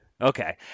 Okay